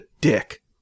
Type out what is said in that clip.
dick